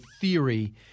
theory